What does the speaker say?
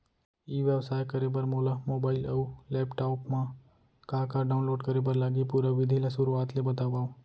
ई व्यवसाय करे बर मोला मोबाइल अऊ लैपटॉप मा का का डाऊनलोड करे बर लागही, पुरा विधि ला शुरुआत ले बतावव?